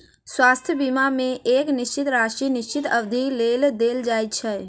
स्वास्थ्य बीमा मे एक निश्चित राशि निश्चित अवधिक लेल देल जाइत छै